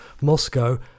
Moscow